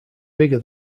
bigger